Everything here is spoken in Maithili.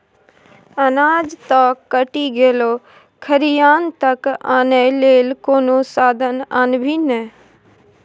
अनाज त कटि गेलै खरिहान तक आनय लेल कोनो साधन आनभी ने